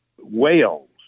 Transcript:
whales